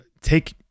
take